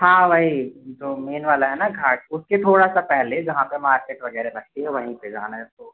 हाँ वही जो मेन वाला है न घाट उसके थोड़ा सा पहले जहाँ पर मार्केट वगैरह लगती है वहीं पर जाना है तो